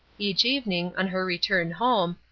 each evening, on her return home,